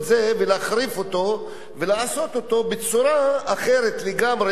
ולהחריף אותו ולעשות אותו בצורה אחרת לגמרי?